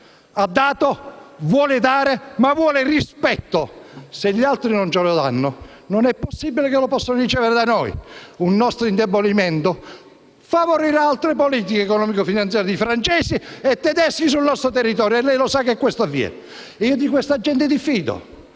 ha dato e vuole dare, ma vuole rispetto: se gli altri non ce lo danno, non lo potranno riceverlo da noi. Un nostro indebolimento favorirà altre politiche economico-finanziarie di francesi e tedeschi sul nostro territorio e lei sa che questo avviene. Di questa gente diffido,